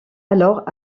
alors